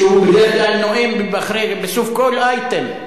שבדרך כלל נואם בסוף כל אייטם,